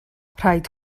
rhaid